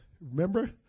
Remember